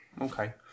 Okay